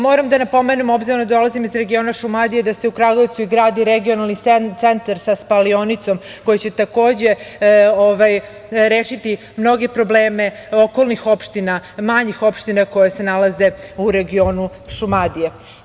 Moram da napomenem, obzirom da dolazim iz regiona Šumadije, da se u Kragujevcu i gradi regionalni centar sa spalionicom, koji će takođe rešiti mnoge probleme okolnih opština, manjih opština koje se nalaze u regionu Šumadije.